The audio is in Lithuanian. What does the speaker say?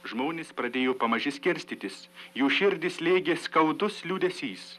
žmonės pradėjo pamažu skirstytis jų širdį slėgė skaudus liūdesys